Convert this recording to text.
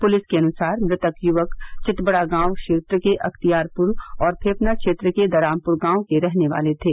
police के अनुसार मृतक युवक चितबड़ागांव क्षेत्र के अख्तियारपुर और फेफना क्षेत्र के दरामपुर गांव के रहने वाले थे